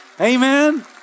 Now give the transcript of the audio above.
Amen